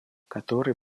который